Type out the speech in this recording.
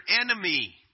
enemy